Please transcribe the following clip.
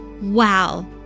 Wow